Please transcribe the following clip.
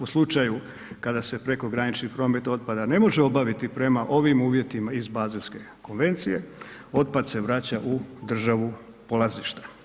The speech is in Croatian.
U slučaju kada se prekogranični promet otpada ne može obaviti prema ovim uvjetima iz Bazelske konvencije, otpad se vraća u državu polazišta.